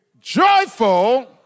joyful